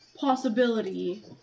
possibility